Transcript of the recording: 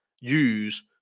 use